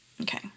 okay